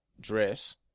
dress